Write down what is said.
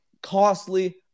costly